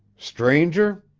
stranger,